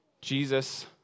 Jesus